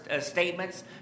statements